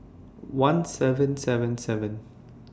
one seven seven seven